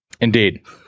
Indeed